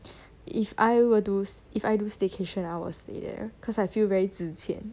if I were to if I to staycation I will stay there cause I feel very 值钱